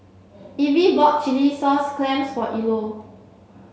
Evie bought Chilli Sauce Clams for Ilo